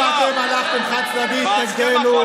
תוך שאתם הלכתם חד-צדדית נגדנו.